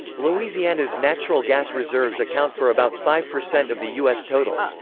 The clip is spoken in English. louisiana's natural gas reserves account for about five percent of the u s. total.